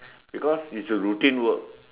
because it's a routine work